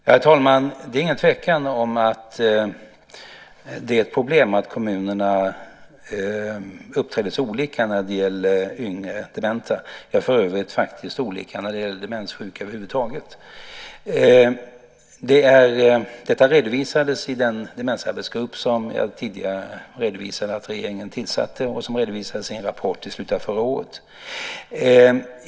Herr talman! Det är ingen tvekan om att det är ett problem att kommunerna uppträder så olika när det gäller yngre dementa och för övrigt olika när det gäller demenssjuka över huvud taget. Detta redovisades av den demensarbetsgrupp som jag tidigare nämnde att regeringen tillsatte och som lade fram en rapport i slutet av förra året.